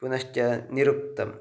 पुनश्च निरुक्तं